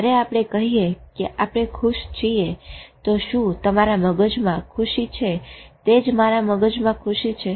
જયારે આપણે કહીએ કે આપણે ખુશ છીએ તો શું તમારા મગજમાં ખુશી છે તે જ મારા મગજમાં ખુશી છે